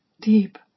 deep